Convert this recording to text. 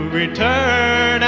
return